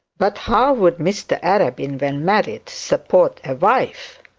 but how would mr arabin when married support a wife?